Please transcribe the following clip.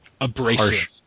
abrasive